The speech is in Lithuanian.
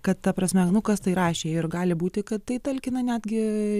kad ta prasme nu kas tai rašė ir gali būti kad tai talkina netgi